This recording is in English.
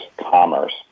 commerce